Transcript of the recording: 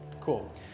Cool